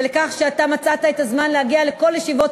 ולכך שאתה מצאת את הזמן להגיע לכל ישיבות